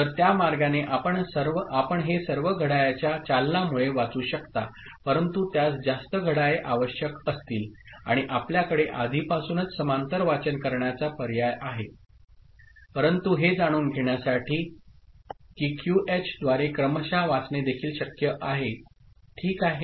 तर त्या मार्गाने आपण हे सर्व घड्याळाच्या चालनामुळे वाचू शकता परंतु त्यास जास्त घड्याळे आवश्यक असतील आणि आपल्याकडे आधीपासूनच समांतर वाचन करण्याचा पर्याय आहे परंतु हे जाणून घेण्यासाठी की क्यूएच द्वारे क्रमशः वाचणे देखील शक्य आहे ठीक आहे